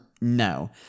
No